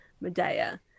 medea